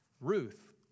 Ruth